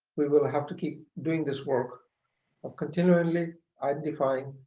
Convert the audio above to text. we will have to keep doing this work of continually identifying